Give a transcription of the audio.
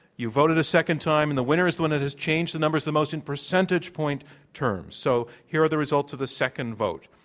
you voted a second time. and the winner is the one that has changed the numbers the most in percentage point terms. so, here are the results of the second vote.